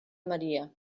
maria